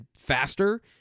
faster